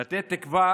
לתת תקווה